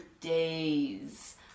days